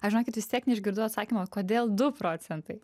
aš žinokit vis tiek neišgirdau atsakymo kodėl du procentai